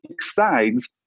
sides